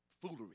foolery